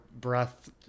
breath